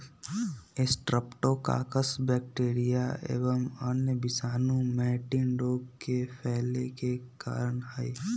streptococcus bacteria एवं अन्य विषाणु मैटिन रोग के फैले के कारण हई